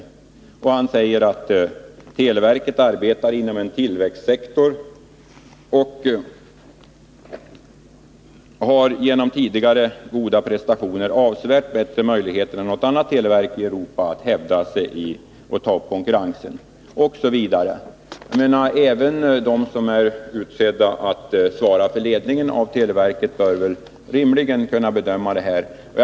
Televerket arbetar, säger han, inom en Nr 55 tillväxtsektor och har genom tidigare goda prestationer avsevärt bättre Torsdagen den möjligheter än något annat televerk i Europa att hävda sig i konkurrensen, 18 december 1980 Osv. Även de som är utsedda att svara för ledningen av televerket bör väl rimligen kunna bedöma den här saken.